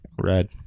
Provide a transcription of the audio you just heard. Red